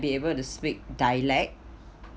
be able to speak dialect